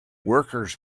workers